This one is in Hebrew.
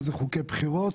מה זה חוקי בחירות?